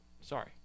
Sorry